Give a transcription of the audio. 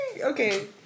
Okay